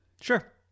sure